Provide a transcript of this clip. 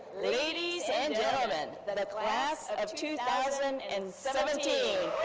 ladies and gentlemen, the the class of two thousand and seventeen.